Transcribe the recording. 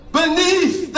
beneath